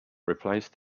replace